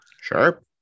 Sure